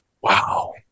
wow